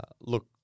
Look